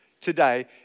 today